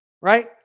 Right